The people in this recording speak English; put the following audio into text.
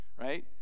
right